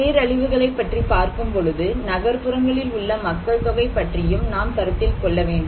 பேரழிவுகளை பற்றி பார்க்கும் பொழுது நகர்ப்புறங்களில் உள்ள மக்கள் தொகை பற்றியும் நாம் கருத்தில் கொள்ள வேண்டும்